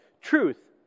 Truth